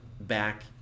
back